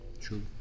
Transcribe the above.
True